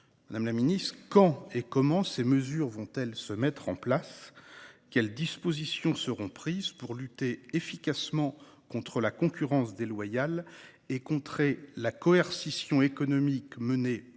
de la biotech. Quand et comment ces mesures seront-elles mises en place ? Quelles dispositions va-t-on prendre pour lutter efficacement contre la concurrence déloyale et contrer la coercition économique menée